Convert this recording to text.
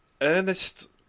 Ernest